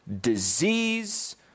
disease